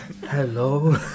Hello